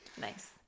Nice